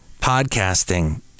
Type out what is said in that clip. Podcasting